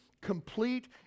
complete